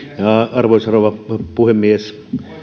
arvoisa rouva puhemies